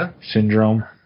syndrome